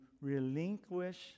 relinquish